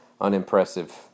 unimpressive